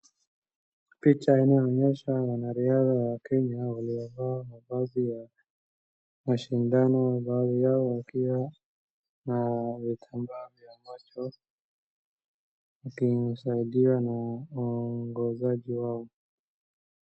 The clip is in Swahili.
Picha inaonyesha wanariadha wa Kenya waliovaa mavazi ya mashindano, baadhi yao wakiwa na vitambaa vya macho wakisaidiwa na waongozaji wao.